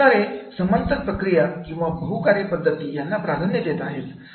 शिकणारे समांतर प्रक्रिया आणि बहु कार्यपद्धती यांना प्राधान्य देत आहेत